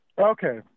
Okay